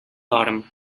dorm